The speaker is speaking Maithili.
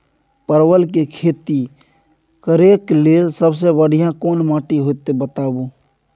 परवल के खेती करेक लैल सबसे बढ़िया कोन माटी होते बताबू?